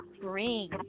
bring